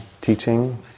teaching